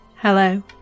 Hello